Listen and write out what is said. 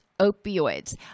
opioids